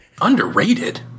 Underrated